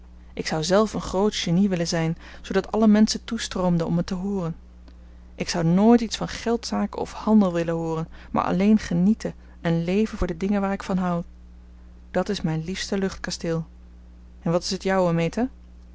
ik zou zelf een groot genie willen zijn zoodat alle menschen toestroomden om me te hooren ik zou nooit iets van geldzaken of handel willen hooren maar alleen genieten en leven voor de dingen waar ik van houd dat is mijn liefste luchtkasteel en wat is het jouwe meta